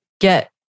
get